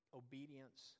obedience